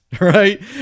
right